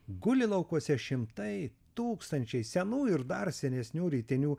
guli laukuose šimtai tūkstančiai senų ir dar senesnių rytinių